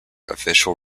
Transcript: official